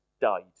died